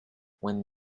when